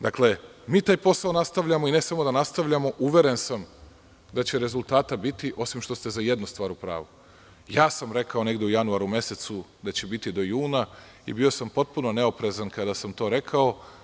Dakle, mi taj posao nastavljamo, i ne samo da nastavljamo, uveren sam da će rezultata biti, osim što ste za jednu stvar u pravu – ja sam rekao negde u januaru mesecu da će biti do juna, i bio sam potpuno neoprezan kada sam to rekao.